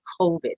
COVID